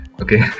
Okay